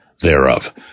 thereof